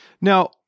Now